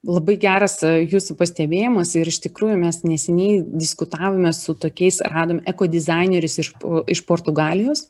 labai geras jūsų pastebėjimas ir iš tikrųjų mes neseniai diskutavome su tokiais radom eko dizainerius iš pu iš portugalijos